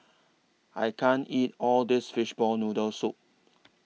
I can't eat All This Fishball Noodle Soup